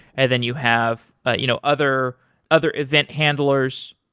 and then you have ah you know other other event handlers,